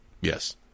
Yes